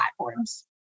platforms